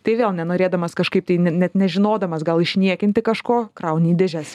tai vėl nenorėdamas kažkaip tai net nežinodamas gal išniekinti kažko krauni į dėžes